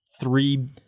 three